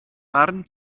barn